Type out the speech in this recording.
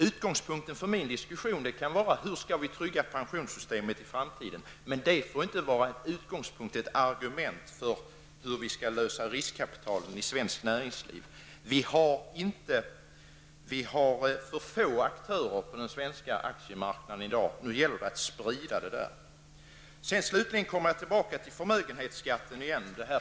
Utgångspunkten för min diskussion är hur vi skall trygga pensionssystemet i framtiden. Men det får inte vara en utgångspunkt till argument för att vi skall lösa frågan om riskkapital i svenskt näringsliv. Det är för få aktörer på den svenska aktiemarknaden i dag. Nu gäller det att sprida detta. Jag kommer slutligen tillbaka till förmögenhetsbeskattningen igen.